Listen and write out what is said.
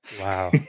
Wow